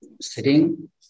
sitting